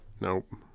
Nope